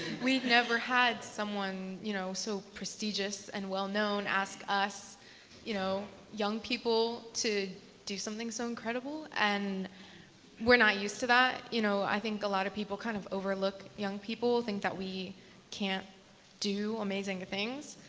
we've never had someone you know so prestigious and well-known ask us you know young people to do something so incredible. and we're not used to that. you know i think a lot of people kind of overlook young people, think that we can't do amazing things.